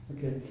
Okay